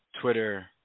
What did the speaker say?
Twitter